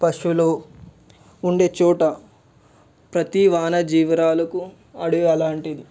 పశువులు ఉండేచోట ప్రతి వన్య జీవాలకు అడవి అలాంటిది